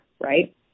right